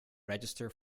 register